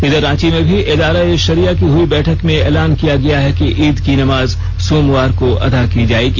इधर रांची में भी एदारा ए सरिया की हुई बैठक में एलान किया गया है कि ईद की नमाज सोमवार को अदा की जायेगी